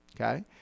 okay